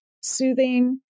soothing